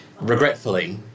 Regretfully